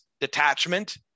detachment